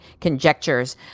conjectures